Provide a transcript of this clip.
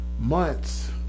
months